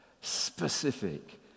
specific